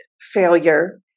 failure